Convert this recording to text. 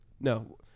no